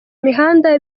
mihanda